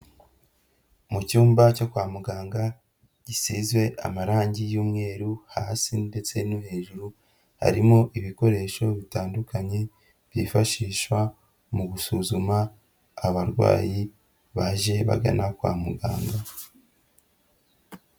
Mu cyumba cyo kwa muganga gisize amarangi y'umweru hasi ndetse no hejuru, harimo ibikoresho bitandukanye byifashishwa mu gusuzuma abarwayi baje bagana kwa muganga.